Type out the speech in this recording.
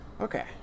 Okay